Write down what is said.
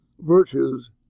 virtues